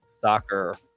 soccer